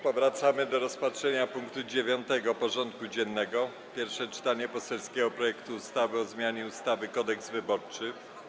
Powracamy do rozpatrzenia punktu 9. porządku dziennego: Pierwsze czytanie poselskiego projektu ustawy o zmianie ustawy Kodeks wyborczy.